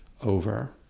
over